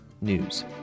news